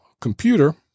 computer